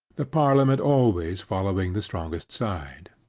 the parliament always following the strongest side.